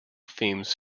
themes